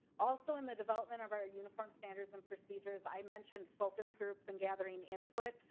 also in the development of her uniform standards and procedures i mentioned focus groups and gathering input.